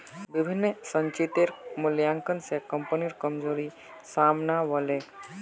विभिन्न संचितेर मूल्यांकन स कम्पनीर कमजोरी साम न व ले